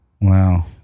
Wow